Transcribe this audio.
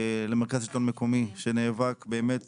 למרכז השלטון המקומי שנאבק באמת